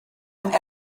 and